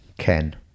Ken